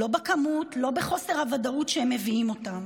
לא בכמות, לא בחוסר הוודאות שהם מביאים איתם.